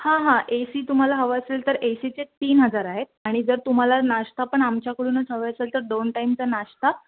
हां हां A C तुम्हाला हवं असेल तर ए सीचे तीन हजार आहेत आणि जर तुम्हाला नाश्ता पण आमच्याकडूनच हवा असेल तर दोन टाइमचा नाश्ता